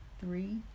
three